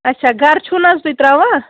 اچھا گَرٕ چھُو نہٕ حظ تُہۍ ترٛاوان